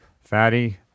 Fatty